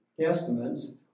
estimates